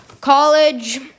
College